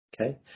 Okay